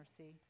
mercy